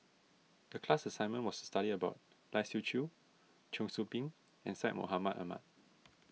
the class assignment was to study about Lai Siu Chiu Cheong Soo Pieng and Syed Mohamed Ahmed